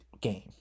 game